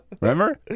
Remember